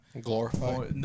glorify